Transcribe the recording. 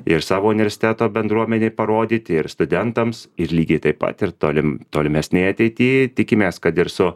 ir savo universiteto bendruomenei parodyti ir studentams ir lygiai taip pat ir tolim tolimesnėj ateity tikimės kad ir su